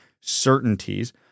certainties